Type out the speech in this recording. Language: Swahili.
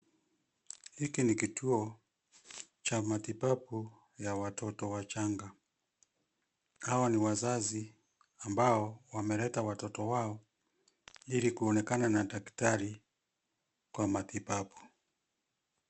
Hiki ni kituo cha matibabu ya watoto wachanga. Hawa ni wazazi, ambao wameleta watoto wao ili kuonekana na daktari kwa matibabu.